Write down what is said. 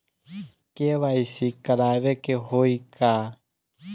KYC करावे के होई का?